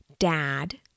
Dad